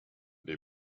des